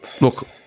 look